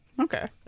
Okay